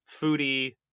foodie